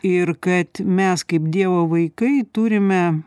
ir kad mes kaip dievo vaikai turime